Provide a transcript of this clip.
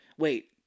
Wait